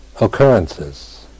occurrences